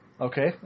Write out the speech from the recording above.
Okay